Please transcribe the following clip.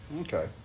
Okay